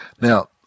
Now